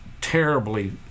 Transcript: terribly